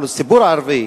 הציבור הערבי,